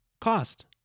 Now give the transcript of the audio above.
cost